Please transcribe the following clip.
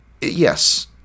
yes